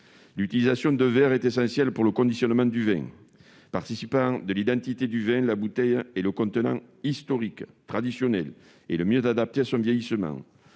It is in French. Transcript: L'utilisation du verre est fondamentale pour le conditionnement du vin. Participant de l'identité du vin, la bouteille est le contenant historique, traditionnel et le mieux adapté à son vieillissement.